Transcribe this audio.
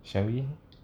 shall we